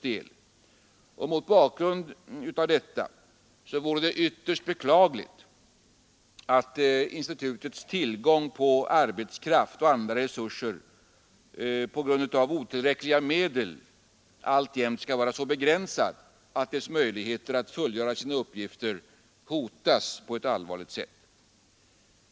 Mot denna bakgrund är det ytterst beklagligt att institutets tillgång på arbetskraft och andra resurser på grund av otillräckliga medel alltjämt skall vara så begränsad att dess möjligheter att fullgöra sina uppgifter allvarligt hotas.